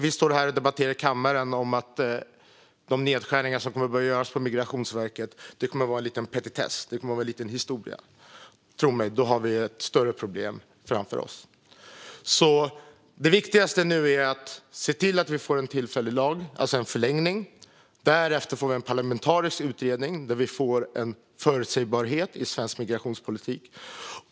Vi står här och debatterar de nedskärningar som kommer att behöva göras på Migrationsverket, men det kommer att vara en petitess i sammanhanget. Tro mig, i så fall kommer vi att ha ett större problem framför oss. Det viktigaste nu är att se till att vi får en tillfällig lag, alltså en förlängning, och därefter en parlamentarisk utredning som gör att vi får en förutsägbarhet i svensk migrationspolitik.